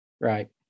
Right